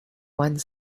one